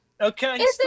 Okay